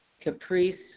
caprice